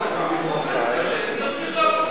הוא עובד קשה, הוא ימשיך לעבוד קשה.